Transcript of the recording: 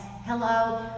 Hello